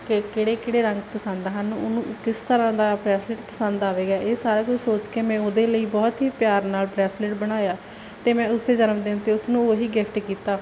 ਕੇ ਕਿਹੜੇ ਕਿਹੜੇ ਰੰਗ ਪਸੰਦ ਹਨ ਉਸਨੂੰ ਉਹ ਕਿਸ ਤਰ੍ਹਾਂ ਦਾ ਬਰੈਸਲੇਟ ਪਸੰਦ ਆਵੇਗਾ ਇਹ ਸਾਰਾ ਕੁਛ ਸੋਚ ਕੇ ਮੈਂ ਉਹਦੇ ਲਈ ਬਹੁਤ ਹੀ ਪਿਆਰ ਨਾਲ ਬਰੈਸਲੇਟ ਬਣਾਇਆ ਤੇ ਮੈਂ ਉਸਦੇ ਜਨਮਦਿਨ ਤੇ ਉਸਨੂੰ ਉਹੀ ਗਿਫਟ ਕੀਤਾ